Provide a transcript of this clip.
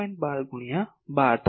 12 ગુણ્યા 12 થશે